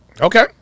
Okay